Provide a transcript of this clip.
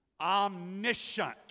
omniscient